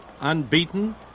unbeaten